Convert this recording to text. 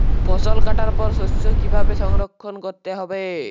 ফসল কাটার পর শস্য কীভাবে সংরক্ষণ করতে হবে?